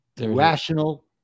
Rational